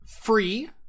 free